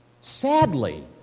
Sadly